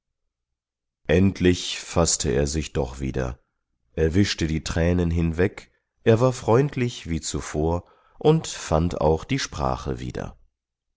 endlich faßte er sich doch wieder er wischte die tränen hinweg er war freundlich wie zuvor und fand auch die sprache wieder